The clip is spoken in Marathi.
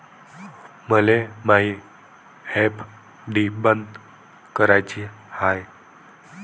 मले मायी एफ.डी बंद कराची हाय